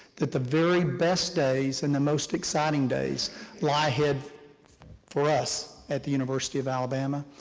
that the very best days and the most exciting days lie ahead for us at the university of alabama.